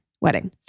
wedding